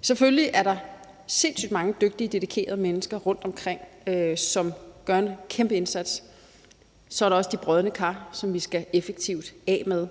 Selvfølgelig er der sindssygt mange dygtige og dedikerede mennesker rundtomkring, som gør en kæmpe indsats. Så er der også de brodne kar, som vi effektivt skal af med.